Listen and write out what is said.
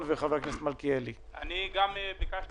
גם בזכות